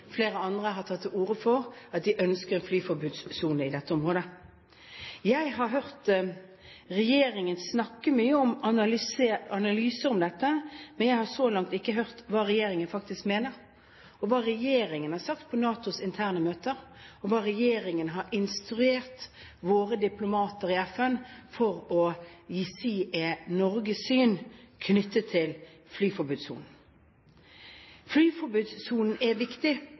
flere andre har tatt til orde for at de ønsker flyforbudssone i dette området. Jeg har hørt regjeringen snakke mye om analyser om dette, men jeg har så langt ikke hørt hva regjeringen faktisk mener, hva regjeringen har sagt på NATOs interne møter, og hva regjeringen har instruert våre diplomater i FN om med tanke på Norges syn knyttet til flyforbudssonen. Flyforbudssonen er viktig